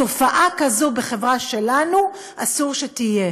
תופעה כזאת, בחברה שלנו, אסור שתהיה.